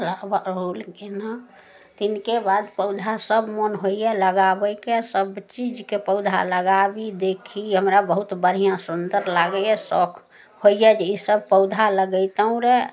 अरहुल गेना तकर बाद पौधा सभ मन होइया लगाबैके सभचीजके पौधा लगाबी देखि हमरा बहुत बढ़िआँ सुन्दर लागैया शौख होइया जे ई सभ पौधा लगैतौं रऽ